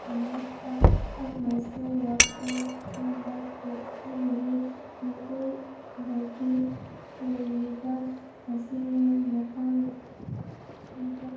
ꯑꯉꯛꯄ ꯑꯃꯁꯨꯡ ꯋꯥꯈꯜ ꯈꯟꯕ ꯄꯣꯛꯍꯜꯂꯤ ꯃꯤꯑꯣꯏꯕꯒꯤ ꯂꯩꯔꯤꯕ ꯑꯁꯤꯅ ꯃꯇꯥꯡꯗ